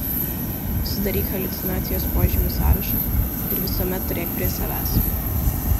sudaryk haliucinacijos požymių sąrašą ir visuomet turėk prie savęs